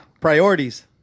priorities